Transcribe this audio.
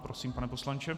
Prosím, pane poslanče.